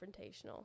confrontational